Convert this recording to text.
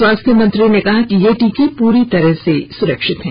स्वास्थ्य मंत्री ने कहा कि ये टीके पूरी तरह से सुरक्षित हैं